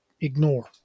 ignore